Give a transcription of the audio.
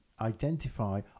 identify